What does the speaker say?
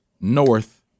North